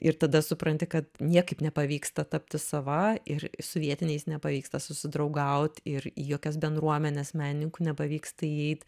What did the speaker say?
ir tada supranti kad niekaip nepavyksta tapti sava ir su vietiniais nepavyksta susidraugaut ir į jokias bendruomenes menininkų nepavyksta įeit